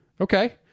Okay